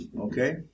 Okay